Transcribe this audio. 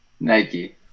Nike